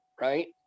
right